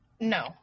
no